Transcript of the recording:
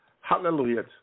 Hallelujah